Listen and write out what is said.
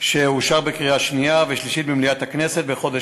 שאושר בקריאה שנייה ושלישית במליאת הכנסת בחודש